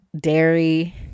dairy